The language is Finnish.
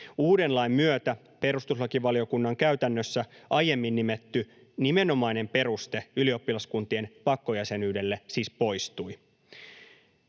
Uuden lain myötä perustuslakivaliokunnan käytännössä aiemmin nimetty nimenomainen peruste ylioppilaskuntien pakkojäsenyydelle siis poistui.